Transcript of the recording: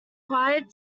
required